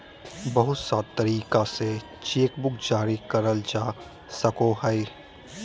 बहुत सा तरीका से चेकबुक जारी करल जा सको हय